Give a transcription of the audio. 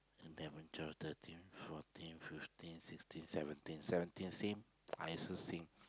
eleven twelve thirteen fourteen fifteen sixteen seventeen